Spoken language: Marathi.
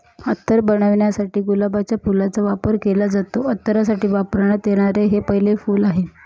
अत्तर बनवण्यासाठी गुलाबाच्या फुलाचा वापर केला जातो, अत्तरासाठी वापरण्यात येणारे हे पहिले फूल आहे